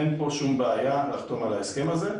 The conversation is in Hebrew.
אין כאן שום בעיה לחתום על ההסכם הזה.